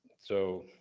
so,